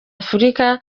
afurika